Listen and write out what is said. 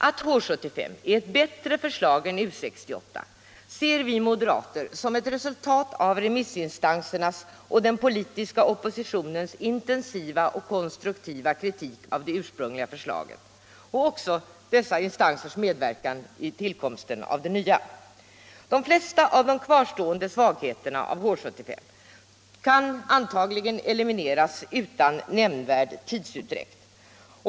Att H 75 är ewu bättre förslag än U 68 ser vi som ett resultat av remissinstansernas och den politiska oppositionens intensiva och konstruktiva kritik av det ursprungliga förslaget och också av dessa instansers medverkan vid tillkomsten av det nya. De flesta av de kvarstående svagheterna hos H 75 kan antagligen elimineras utan nämnvärd tidsutdräkt.